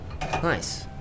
Nice